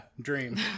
dream